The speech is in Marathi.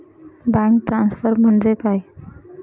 बँक ट्रान्सफर म्हणजे काय?